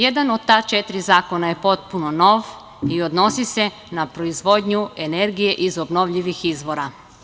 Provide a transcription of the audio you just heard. Jedan od ta četiri zakona je potpuno nov i odnosi se na proizvodnju energije iz obnovljivih izvora.